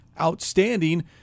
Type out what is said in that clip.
outstanding